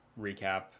recap